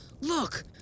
Look